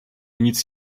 nic